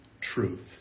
truth